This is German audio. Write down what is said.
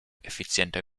effizienter